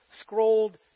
scrolled